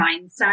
mindset